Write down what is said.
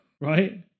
Right